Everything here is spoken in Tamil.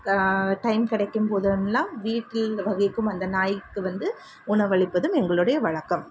டைம் கிடைக்கும் போதெல்லாம் வீட்டில் வகிக்கும் அந்த நாய்க்கு வந்து உணவளிப்பதும் எங்களுடைய வழக்கம்